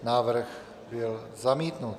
Návrh byl zamítnut.